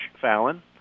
Fallon